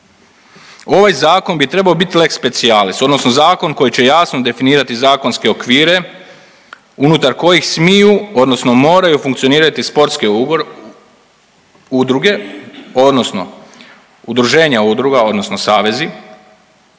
Ovaj zakon bi trebao biti lex specialis odnosno zakon koji će jasno definirati zakonske okvire unutar koji smiju odnosno moraju funkcionirati sportske udruge odnosno udruženja udruga odnosno savezi.